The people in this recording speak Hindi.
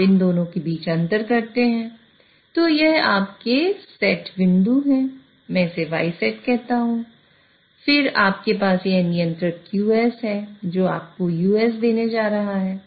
आप इन दोनों के बीच अंतर करते हैं तो यह आपका सेट बिंदु है मैं इसे yset कहता हूं और फिर आपके पास यह नियंत्रक q देने जा रहा है